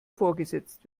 vorgesetzt